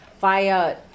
via